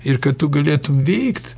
ir kad tu galėtum veikt